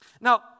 Now